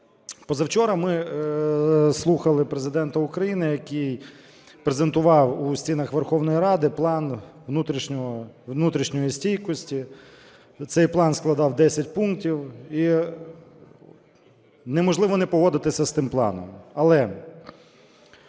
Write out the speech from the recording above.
Позавчора ми слухали Президента України, який презентував у стінах Верховної Ради План внутрішньої стійкості. Цей план складав 10 пунктів. І неможливо не погодитися з тим планом.